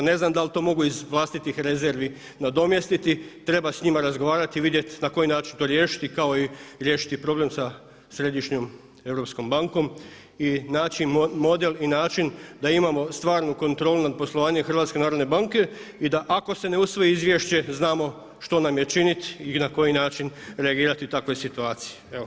Ne znam da li to mogu iz vlastitih rezervi nadomjestiti, treba s njima razgovarati i vidjeti na koji način to riješiti, kao i riješiti problem sa središnjom europskom bankom i naći model i način da imamo stvarnu kontrolu nad poslovanjem HNB-a i da ako se ne usvoji izvješće znamo što nam je činiti i na koji način reagirati u takvoj situaciji.